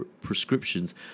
prescriptions